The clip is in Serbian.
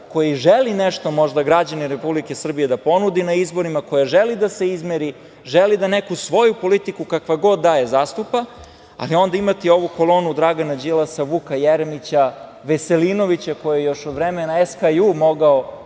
koja želi možda građanima Republike Srbije da ponudi na izborima, koja želi da se izmeri, želi da neku svoju politiku, kakva god da je, zastupa, ali onda imate i ovu kolonu Dragana Đilasa, Vuka Jeremića, Veselinovića, koji je još od vremena SKJ mogao